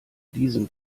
diesem